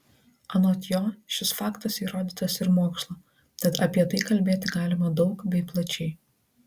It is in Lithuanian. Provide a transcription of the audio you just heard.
anot jo šis faktas įrodytas ir mokslo tad apie tai kalbėti galima daug bei plačiai